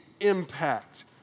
impact